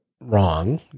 wrong